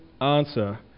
answer